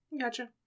Gotcha